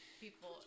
people